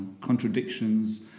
contradictions